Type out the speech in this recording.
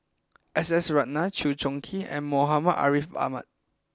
S S Ratnam Chew Choo Keng and Muhammad Ariff Ahmad